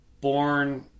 born